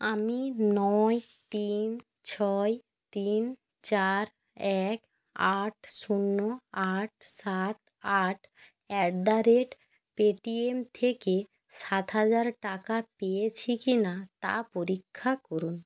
আমি নয় তিন ছয় তিন চার এক আট শূন্য আট সাত আট অ্যাট দ্য রেট পেটিএম থেকে সাত হাজার টাকা পেয়েছি কিনা তা পরীক্ষা করুন